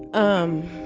um.